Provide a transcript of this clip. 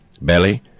Belly